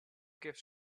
gives